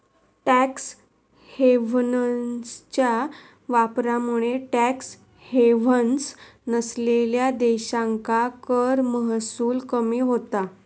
tax हेव्हन्सच्या वापरामुळे tax havens नसलेल्यो देशांका कर महसूल कमी होता